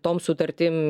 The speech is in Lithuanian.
tom sutartim